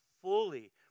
fully